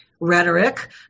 rhetoric